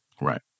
Right